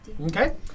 Okay